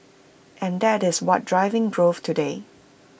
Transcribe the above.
and that is what is driving growth today